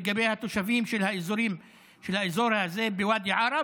לגבי התושבים של האזור הזה בוואדי עארה,